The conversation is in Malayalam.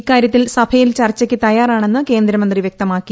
ഇക്കാര്യത്തിൽ സഭയിൽ ചർച്ചയ്ക്ക് തയ്യാറാണെന്ന് കേന്ദ്രമന്ത്രി വ്യക്തമാക്കി